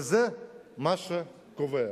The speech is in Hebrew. וזה מה שקובע.